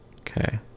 Okay